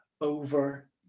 over